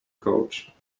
coach